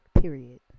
period